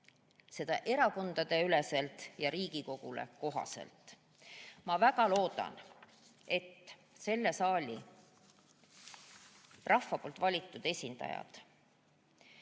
seda erakondadeüleselt ja Riigikogule kohaselt. Ma väga loodan, et selle saali rahva valitud esindajad,